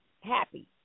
happy